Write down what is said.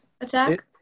attack